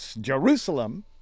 Jerusalem